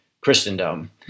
Christendom